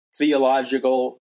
theological